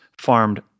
farmed